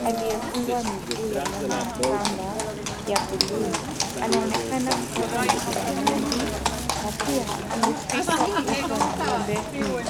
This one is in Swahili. aliyefungwa miguu ya nyuma na kamba ya bluu. Anaonekana kupata maziwa mengi na pia amefichwa uso na ng'ombe hii.